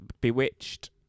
Bewitched